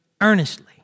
earnestly